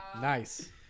Nice